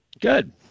Good